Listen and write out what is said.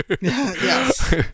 Yes